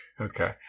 Okay